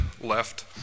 left